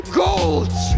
gold